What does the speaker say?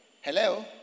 hello